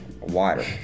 water